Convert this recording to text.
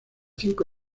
cinco